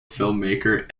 filmmaker